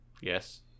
Yes